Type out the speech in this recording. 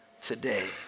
Today